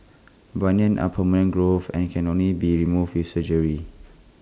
bunions are permanent growths and can only be removed with surgery